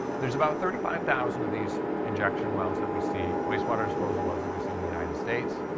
there's about thirty five thousand of these injection wells that we see wastewater disposal wells that we see in the united states.